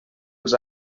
els